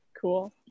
Cool